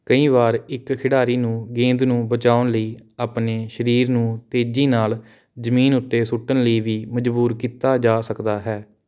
ਕਈ ਵਾਰ ਇੱਕ ਖਿਡਾਰੀ ਨੂੰ ਗੇਂਦ ਨੂੰ ਬਚਾਉਣ ਲਈ ਆਪਣੇ ਸਰੀਰ ਨੂੰ ਤੇਜ਼ੀ ਨਾਲ ਜ਼ਮੀਨ ਉੱਤੇ ਸੁੱਟਣ ਲਈ ਵੀ ਮਜਬੂਰ ਕੀਤਾ ਜਾ ਸਕਦਾ ਹੈ